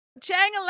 Chang